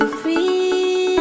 free